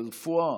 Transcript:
ברפואה,